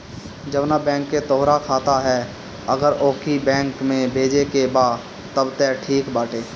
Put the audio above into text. जवना बैंक के तोहार खाता ह अगर ओही बैंक में भेजे के बा तब त ठीक बाटे